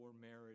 marriage